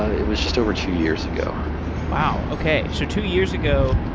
it was just over two years ago wow, okay so two years ago,